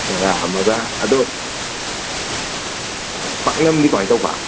ꯕꯣꯔꯥ ꯑꯃꯒ ꯑꯗꯣ ꯄꯥꯛꯅꯝꯗꯤ ꯀꯃꯥꯏꯅ ꯇꯧꯕ